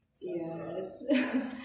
Yes